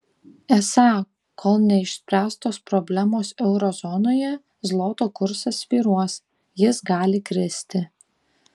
esą kol neišspręstos problemos euro zonoje zloto kursas svyruos jis gali kristi